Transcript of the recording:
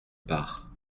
part